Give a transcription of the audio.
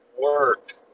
work